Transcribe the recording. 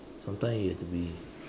sometimes you had to be